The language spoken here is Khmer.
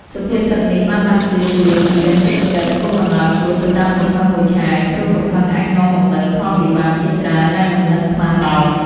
សុភាសិតនេះបានដាស់តឿនយើងឱ្យចេះទប់ចិត្ត កុំបណ្ដោយខ្លួនទៅតាមកំហឹងមួយឆាវ ព្រោះកំហឹងអាចនាំមកនូវផលវិបាកជាច្រើនដែលមិននឹកស្មានដល់។